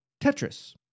Tetris